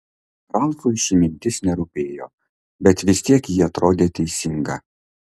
ralfui ši mintis nerūpėjo bet vis tiek ji atrodė teisinga